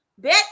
bitch